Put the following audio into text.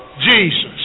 Jesus